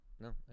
No